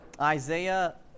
Isaiah